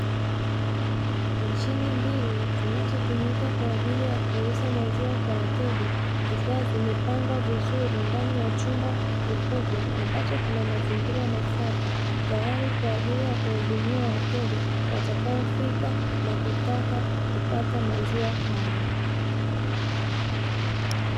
Mashine mbili zinazotumika kwa ajili ya kuuza maziwa kwa wateja zikiwa zimepangwa vizuri. Ndani ya chumba kikubwa ambacho kinazingira masafi tayari kwa ajili ya kuwahudumia wateja, watakaofika na kutaka kupata maziwa hayo.